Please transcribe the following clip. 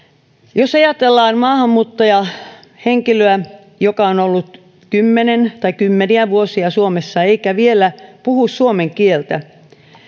jos ajatellaan maahanmuuttajahenkilöä joka on ollut kymmeniä vuosia suomessa eikä vielä puhu suomen kieltä